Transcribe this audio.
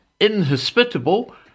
Inhospitable